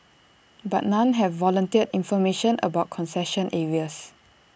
but none have volunteered information about concession areas